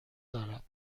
دارم